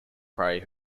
prey